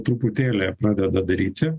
truputėlį pradeda daryti